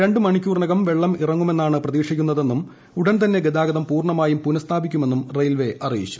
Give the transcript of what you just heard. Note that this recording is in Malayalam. രണ്ട് മണിക്കൂറിനകം വെള്ളം ഇറങ്ങുമെന്നാണ് പ്രതീക്ഷിക്കുന്നതെന്നും ഉടൻതന്നെ ഗതാഗതം പൂർണമായും പുനസ്ഥാപിക്കുമെന്നും റെയിൽവേ അറിയിച്ചു